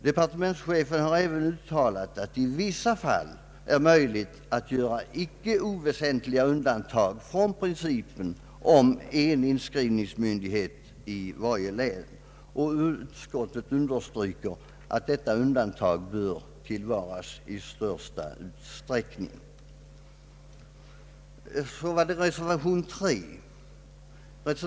Departementschefen har även uttalat att det i vissa fall är möjligt att göra icke oväsentliga undantag från principen om en inskrivningsmyndighet i varje län, och utskottet understryker att detta undantag bör tillvaratas i största möjliga utsträckning.